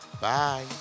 Bye